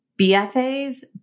BFAs